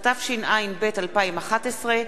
התשע”ב 2011,